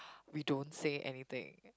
we don't say anything